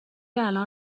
الان